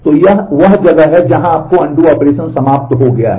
तो यह वह जगह है जहां आपका अनडू ऑपरेशन समाप्त हो गया है